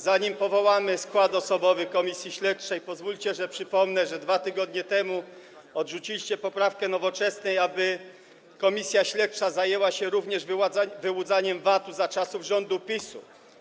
Zanim powołamy skład osobowy komisji śledczej, pozwólcie, że przypomnę, że 2 tygodnie temu odrzuciliście poprawkę Nowoczesnej, aby komisja śledcza zajęła się również wyłudzaniem VAT-u za czasów rządu PiS.